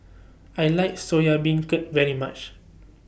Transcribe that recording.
I like Soya Beancurd very much